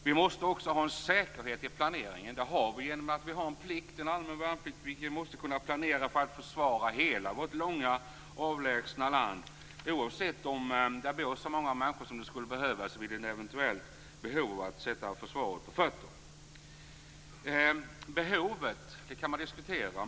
Vi måste också ha en säkerhet i planeringen. Det har vi genom att vi har en plikt, en allmän värnplikt, vilken vi måste kunna planera för att försvara hela vårt långa land oavsett om det bor så många människor som det skulle behövas vid ett eventuellt behov att sätta försvaret på fötter. Behovet kan man diskutera.